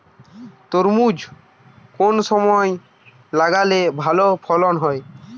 তরমুজ কোন সময় লাগালে ভালো ফলন হয়?